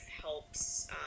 helps